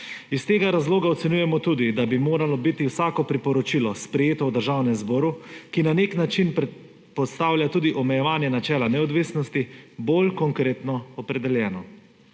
Iz tega razloga ocenjujemo tudi, da bi moralo biti vsako priporočilo, sprejeto v državnem zboru, ki na nek način postavlja tudi omejevanje načela neodvisnosti, bolj konkretno opredeljeno.